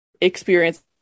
experience